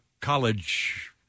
college